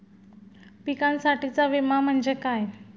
पिकांसाठीचा विमा म्हणजे काय?